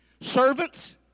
servants